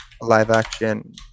live-action